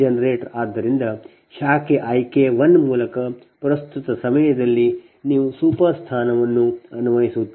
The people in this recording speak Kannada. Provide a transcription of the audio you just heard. ಆದ್ದರಿಂದ ಶಾಖೆ I K1 ಮೂಲಕ ಪ್ರಸ್ತುತ ಸಮಯದಲ್ಲಿ ನೀವು ಸೂಪರ್ ಸ್ಥಾನವನ್ನುಅನ್ವಯಿಸುತ್ತೀರಿ